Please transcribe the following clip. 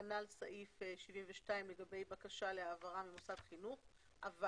כנ"ל סעיף 72 לגבי בקשה להעברה ממוסד חינוך אבל